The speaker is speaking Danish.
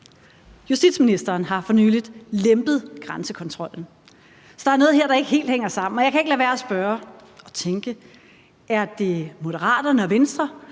Justitsministeren har for nylig lempet grænsekontrollen. Der er noget her, der ikke helt hænger sammen, og jeg kan ikke lade være med at spørge og tænke: Er det Moderaterne og Venstre,